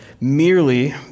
Merely